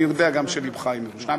אני יודע גם שלבך עם ירושלים.